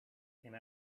came